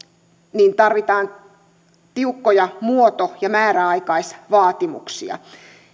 niin tarvitaan tiukkoja muoto ja määräaikaisvaatimuksia